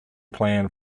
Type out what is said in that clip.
plan